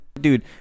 Dude